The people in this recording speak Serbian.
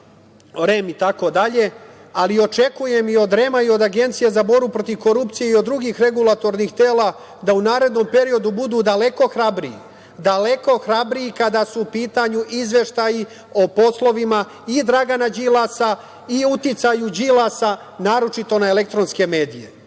REM itd, ali očekujem i od REM-a i od Agencije za borbu protiv korupcije i od drugih regulatornih tela da u narednom periodu budu daleko hrabriji, daleko hrabriji kada su u pitanju izveštaji o poslovima i Dragana Đilasa i uticaju Đilasa, naročito na elektronske medije.